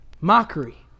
mockery